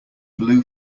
blue